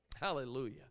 Hallelujah